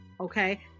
Okay